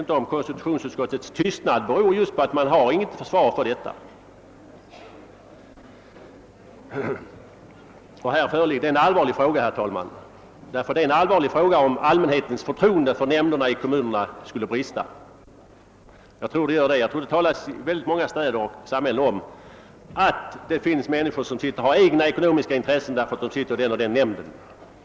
Kanske beror konstitutionsutskottets tystnad just på att utskottet inte har något försvar på den punkten. Det är ytterst allvarligt om allmänhetens förtroende för nämnderna ute i våra kommuner skulle brista. Jag tror att det finns risk för det och att det i många städer och samhällen sitter män niskor med privata ekonomiska intressen med i dessa nämnder.